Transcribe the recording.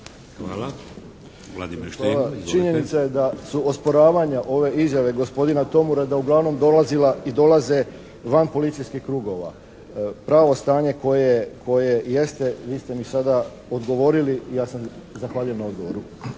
Hvala. Činjenica je da su osporavanja ove izjave gospodina Tomurada uglavnom dolazila i dolaze van policijskih krugova. Pravo stanje koje jeste vi ste mi sada odgovorili i ja se zahvaljujem na odgovoru.